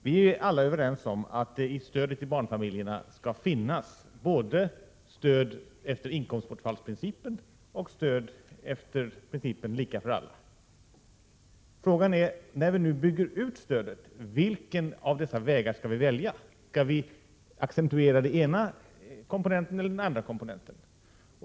Vi är alla överens om att det i stödet till barnfamiljerna skall finnas både stöd efter inkomstbortfallsprincipen och stöd efter principen lika för alla. När vi nu bygger ut stödet är frågan: Vilken av dessa vägar skall vi välja? Skall vi accentuera den ena komponenten eller den andra komponenten?